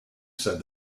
said